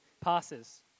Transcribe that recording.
passes